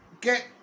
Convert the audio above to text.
get